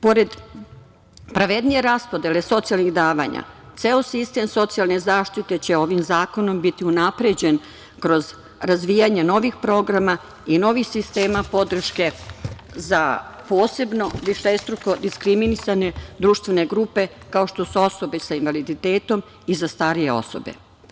Pored pravednije raspodele socijalnih davanja ceo sistem socijalne zaštite će ovim zakonom biti unapređen kroz razvijanje novih programa i novih sistema podrške za posebno višestruko diskriminisane društvene grupe kao što su osobe sa invaliditetom i za starije osobe.